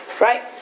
right